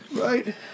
Right